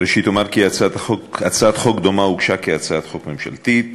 ראשית אומר כי הצעת חוק דומה הוגשה כהצעת חוק ממשלתית.